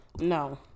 No